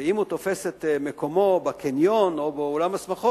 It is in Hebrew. ואם הוא תופס את מקומו בקניון או באולם השמחות,